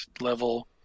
level